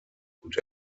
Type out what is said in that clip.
und